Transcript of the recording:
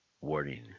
Warning